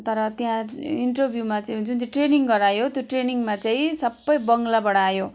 तर त्यहाँ इन्टरभ्युमा चाहिँ जुन ट्रेनिङ गरायो त्यो ट्रेनिङमा चाहिँ सबै बङ्गलाबाट आयो